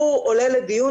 הוא עולה לדיון,